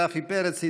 רפי פרץ,